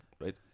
right